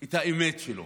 את האמת שלו.